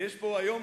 ויש פה היום,